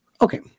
okay